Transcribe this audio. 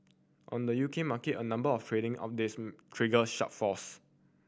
on the U K market a number of trading updates trigger sharp falls